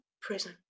prison